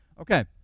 Okay